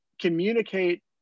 communicate